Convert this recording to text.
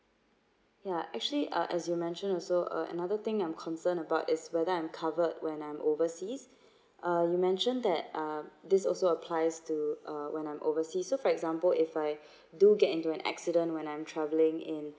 ya actually uh as you mention also uh another thing I'm concerned about is whether I'm covered when I'm overseas uh you mention that um this also applies to uh when I'm oversea so for example if I do get into an accident when I'm traveling in